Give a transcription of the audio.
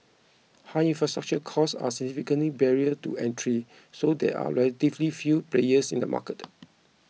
high infrastructure costs are significant barrier to entry so there are relatively few players in the market